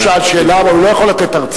הוא שאל שאלה, אבל הוא לא יכול לתת הרצאה.